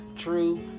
true